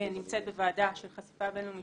נמצאת בוועדה של חשיפה בין-לאומית,